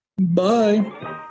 Bye